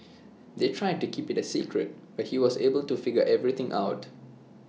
they tried to keep IT A secret but he was able to figure everything out